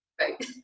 Right